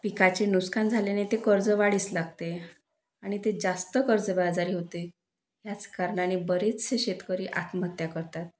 पिकाचे नुकसान झाल्याने ते कर्ज वाढीस लागते आणि ते जास्त कर्जबाजारी होते ह्याच कारणाने बरेचसे शेतकरी आत्महत्या करतात